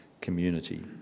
community